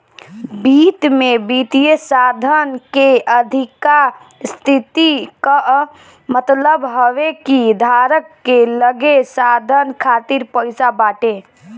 वित्त में वित्तीय साधन के अधिका स्थिति कअ मतलब हवे कि धारक के लगे साधन खातिर पईसा बाटे